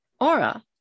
aura